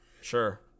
Sure